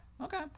Okay